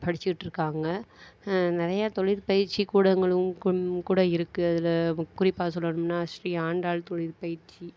படிச்சுட்ருக்காங்க நிறையா தொழிற்பயிற்சி கூடங்களும் கும் கூட இருக்குது அதில் குறிப்பாக சொல்லணும்னால் ஸ்ரீ ஆண்டாள் தொழிற்பயிற்சி